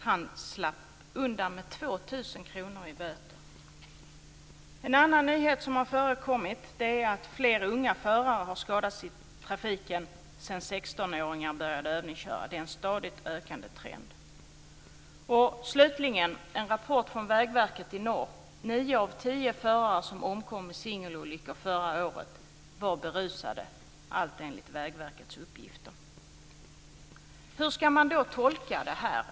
Han slapp undan med En annan nyhet som har förekommit är att fler unga förare har skadats i trafiken sedan 16-åringar började övningsköra. Det är en stadigt ökande trend. Slutligen visar en rapport från Vägverkets Region Norr att nio av tio förare som omkom i singelolyckor förra året var berusade - allt enligt Vägverkets uppgifter. Hur ska man då tolka det här?